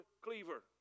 Cleaver